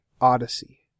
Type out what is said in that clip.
Odyssey